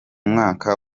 mwaka